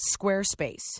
squarespace